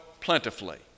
plentifully